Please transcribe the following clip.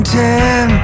ten